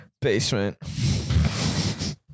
basement